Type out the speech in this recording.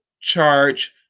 charge